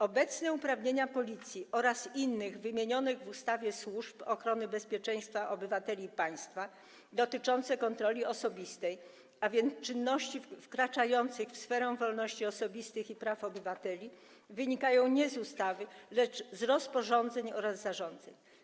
Obecne uprawnienia Policji oraz innych wymienionych w ustawie służb ochrony bezpieczeństwa obywateli i państwa dotyczące kontroli osobistej, a więc czynności wkraczających w sferę wolności osobistych i praw obywateli, wynikają nie z ustawy, lecz z rozporządzeń oraz zarządzeń.